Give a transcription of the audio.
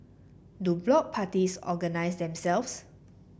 do block parties organise themselves